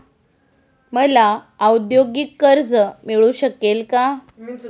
मला औद्योगिक कर्ज मिळू शकेल का?